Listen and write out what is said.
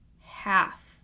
half